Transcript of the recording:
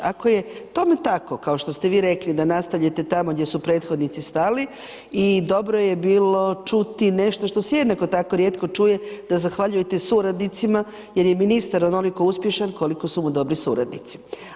Ako je tome tako kao što ste vi rekli da nastavljate tamo gdje su prethodnici stali i dobro je bilo čuti nešto što se jednako tako rijetko čuje da zahvaljujete suradnicima jer je Ministar onoliko uspješan koliko su mu dobri suradnici.